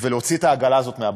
ולהוציא את העגלה הזאת מהבוץ.